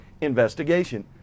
Investigation